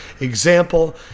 Example